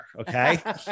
okay